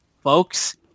Folks